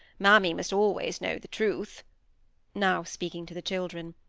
mammy must always know the truth now speaking to the children.